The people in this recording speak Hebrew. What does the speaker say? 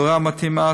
תאורה מתאימה,